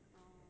oh